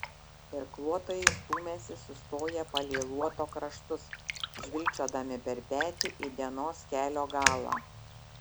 irkluotojai stūmėsi sustoję palei luoto kraštus žvilgčiodami per petį į dienos kelio galą